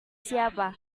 siapa